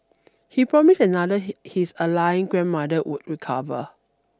he promised another his aligning grandmother would recover